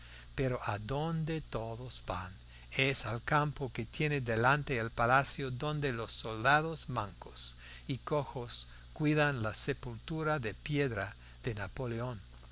pero adonde todos van es al campo que tiene delante el palacio donde los soldados mancos y cojos cuidan la sepultura de piedra de napoleón